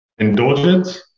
Indulgence